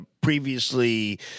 previously